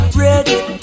ready